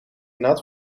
nat